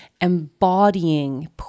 embodying